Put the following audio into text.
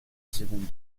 seconde